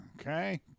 Okay